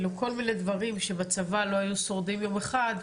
כל מיני דברים שבצבא לא היו שורדים יום אחד,